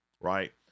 right